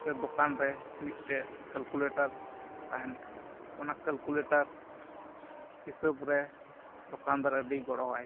ᱥᱮ ᱫᱚᱠᱟᱱ ᱨᱮ ᱢᱤᱫᱴᱮᱡ ᱠᱮᱞᱠᱩᱞᱮᱴᱟᱨ ᱛᱟᱦᱮᱱ ᱠᱟᱱᱟ ᱚᱱᱟ ᱠᱮᱞᱠᱩᱞᱮᱴᱟᱨ ᱦᱤᱥᱟᱹᱵ ᱨᱮ ᱫᱚᱠᱟᱱᱫᱟᱨ ᱟᱹᱰᱤᱭ ᱜᱚᱲᱚ ᱟᱭ ᱠᱟᱱᱟ